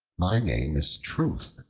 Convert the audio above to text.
my name is truth,